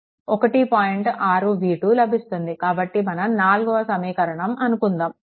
6v2 లభిస్తుంది ఇది మనం 4వ సమీకరణం అనుకుందాము